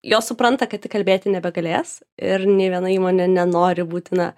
jos supranta kad tik kalbėti nebegalės ir nei viena įmonė nenori būti na